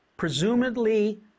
Presumably